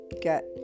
get